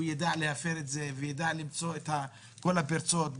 ידע להפר אותם ולמצוא את כל הפרצות.